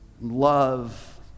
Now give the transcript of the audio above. love